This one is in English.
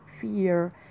fear